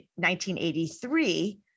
1983